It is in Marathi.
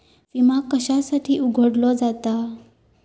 विमा कशासाठी उघडलो जाता?